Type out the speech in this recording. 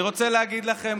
אני רוצה להגיד לכם,